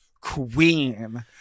queen